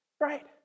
Right